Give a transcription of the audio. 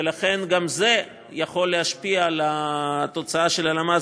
ולכן גם זה יכול להשפיע על התוצאה של הלמ"ס,